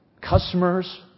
Customers